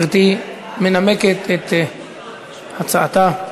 גברתי מנמקת את הצעתה.